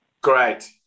Great